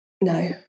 no